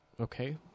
okay